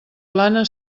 plana